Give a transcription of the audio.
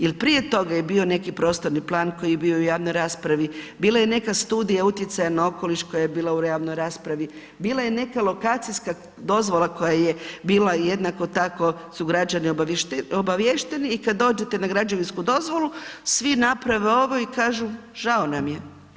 Jer prije toga je bio neki prostorni plan koji je bio u javnoj raspravi, bila je neka studija utjecaja na okoliš koja je bila u javnoj raspravi, bila je neka lokacijska dozvola koja je bila jednako tako su građani obaviješteni i kad dođete na građevinsku dozvolu, svi naprave ovo i kažu žao nam je.